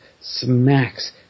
smacks